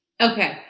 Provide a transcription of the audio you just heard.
Okay